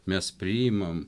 mes priimam